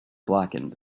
blackened